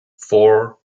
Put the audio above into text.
for